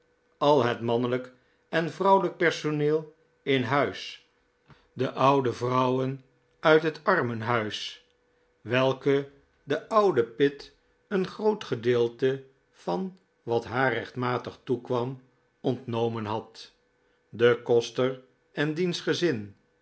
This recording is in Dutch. al het mannelijk en vrouwelijk personeel in huis de oude vrouwen uit het armenhuis welke de oude pitt een groot gedeelte van wat haar rechtmatig toekwam ontnomen had de koster en diens gezin